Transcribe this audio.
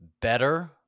better